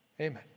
Amen